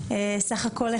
בואי